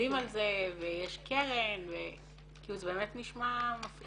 ועובדים על זה ויש קרן, זה באמת נשמע מפעים.